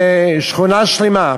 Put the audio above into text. בשכונה שלמה,